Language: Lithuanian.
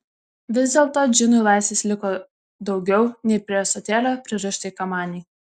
vis dėlto džinui laisvės liko daugiau nei prie ąsotėlio pririštai kamanei